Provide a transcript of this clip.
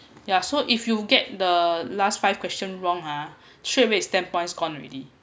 ya so if you get the last five question wrong ah straight away ten points gone already